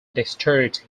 dexterity